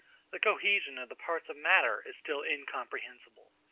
the cohesion of the parts of matter is still incomprehensible.